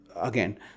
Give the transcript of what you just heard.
again